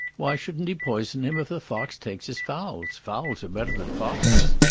why shouldn't he poison him if the fox takes his fowls? fowls are better than foxes.